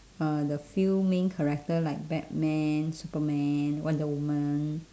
uh the few main character like batman superman wonder woman